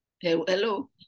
Hello